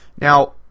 Now